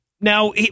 Now